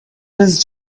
his